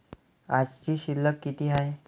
आजची शिल्लक किती हाय?